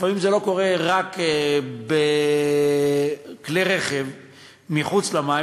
לפעמים זה לא קורה רק בכלי רכב מחוץ למים,